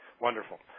Wonderful